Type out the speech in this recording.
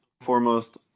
foremost